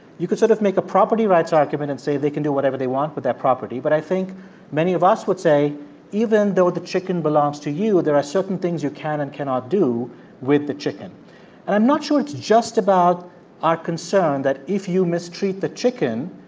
you could sort of make a property rights argument and say they can do whatever they want with their property, but i think many of us would say even though the chicken belongs to you, there are certain things you can and cannot do with the chicken and i'm not sure it's just about our concern that if you mistreat the chicken,